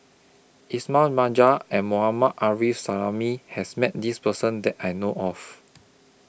Ismail Marjan and Mohammad Arif Suhaimi has Met This Person that I know of